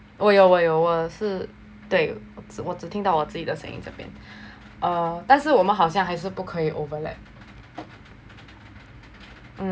我有我有我是对我只听到自己的声音这边但是我们好像还是不可以 overlap